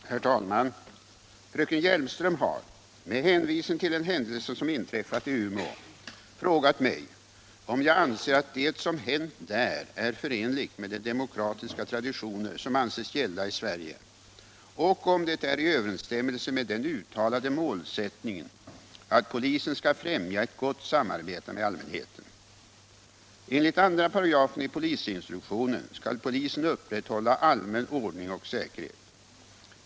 388, och anförde: Herr talman! Fröken Hjelmström har — med hänvisning till en händelse som inträffat i Umeå — frågat mig om jag anser att det som hänt där är förenligt med de demokratiska traditioner som anses gälla i Sverige och om det är i överensstämmelse med den uttalade målsättningen att polisen skall främja ett gott samarbete med allmänheten. Enligt 2 § i polisinstruktionen skall polisen upprätthålla allmän ordning och säkerhet.